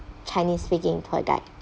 chinese speaking tour guide